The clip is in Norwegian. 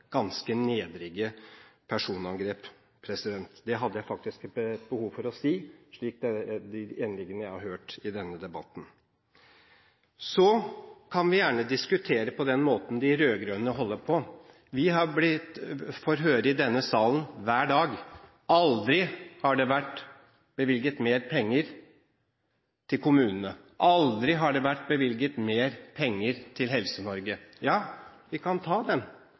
ganske nedrige personangrep. Det hadde jeg faktisk et behov for å si, p.g.a. de innleggene jeg har hørt i denne debatten. Vi kan gjerne diskutere på den måten de rød-grønne holder på. Vi får høre i denne salen hver dag: Aldri har det vært bevilget mer penger til kommunene, aldri har det vært bevilget mer penger til Helse-Norge. Ja, vi kan ta den.